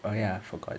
well ya forgot